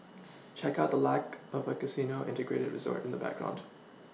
check out the lack of a casino Integrated resort in the background